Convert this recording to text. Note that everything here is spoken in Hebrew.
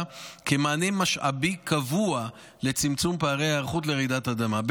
כמענה משאבי קבוע לצמצום פערי ההיערכות לרעידות אדמה.